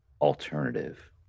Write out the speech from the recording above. alternative